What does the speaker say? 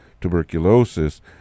tuberculosis